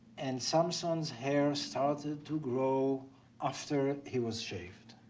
and samson's hair started to grow after he was shaved.